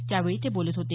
त्यावेळी ते बोलत होते